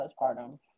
postpartum